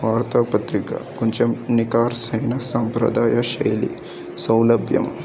వార్తాపత్రిక కొంచెం నికార్సైన సాంప్రదాయ శైలి సౌలభ్యం